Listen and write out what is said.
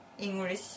English